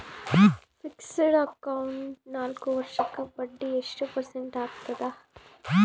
Fixed account ನಾಲ್ಕು ವರ್ಷಕ್ಕ ಬಡ್ಡಿ ಎಷ್ಟು ಪರ್ಸೆಂಟ್ ಆಗ್ತದ?